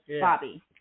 Bobby